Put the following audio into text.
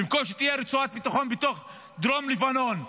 במקום שתהיה רצועת ביטחון בתוך דרום לבנון,